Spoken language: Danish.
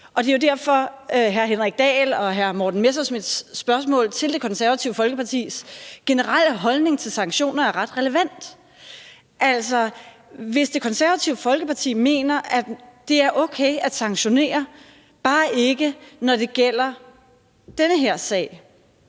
Det er jo derfor, hr. Henrik Dahls og hr. Morten Messerschmidts spørgsmål til Det Konservative Folkepartis generelle holdning til sanktioner er ret relevant. Det Konservative Folkeparti mener, at det er okay at sanktionere – bare ikke når det gælder den her sag.